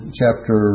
chapter